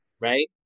right